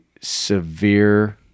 severe